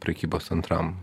prekybos centram